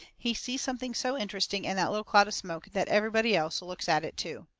he sees something so interesting in that little cloud of smoke that everybody else looks at it, too.